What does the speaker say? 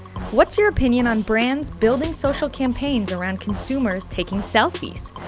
what's your opinion on brands building social campaigns around consumers taking selfies?